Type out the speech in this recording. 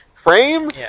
frame